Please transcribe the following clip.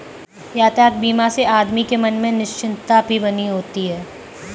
यातायात बीमा से आदमी के मन में निश्चिंतता भी बनी होती है